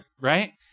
right